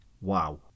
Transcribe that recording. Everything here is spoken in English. Wow